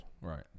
Right